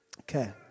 Okay